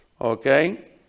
okay